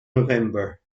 november